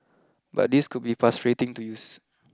but these could be frustrating to use